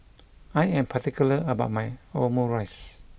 I am particular about my Omurice